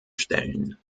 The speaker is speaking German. stellen